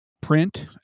print